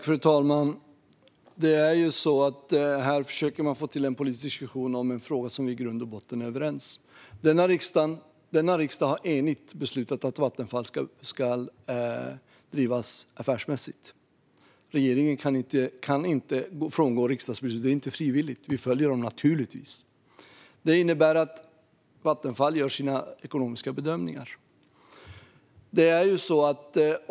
Fru talman! Man försöker få till en politisk diskussion här om en fråga som vi i grund och botten är överens om. Denna riksdag har enigt beslutat att Vattenfall ska drivas affärsmässigt. Regeringen kan inte frångå riksdagsbeslutet. Det är inte frivilligt, utan vi följer det naturligtvis. Detta innebär att Vattenfall gör sina ekonomiska bedömningar.